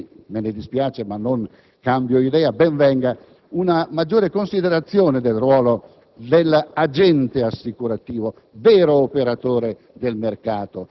miei colleghi e mi dispiace, ma non cambio idea - una maggiore considerazione del ruolo dell'agente assicurativo, vero operatore del mercato